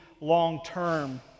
long-term